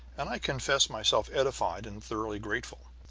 and i confess myself edified and thoroughly grateful.